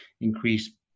increase